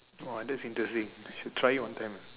!wah! that's interesting I should try it one time ah